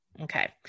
Okay